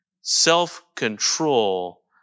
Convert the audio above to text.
self-control